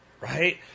Right